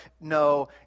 No